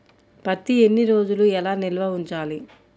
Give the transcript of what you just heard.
పత్తి ఎన్ని రోజులు ఎలా నిల్వ ఉంచాలి?